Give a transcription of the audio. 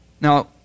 Now